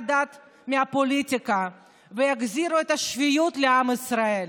הדת מהפוליטיקה ויחזירו את השפיות לעם ישראל.